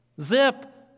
Zip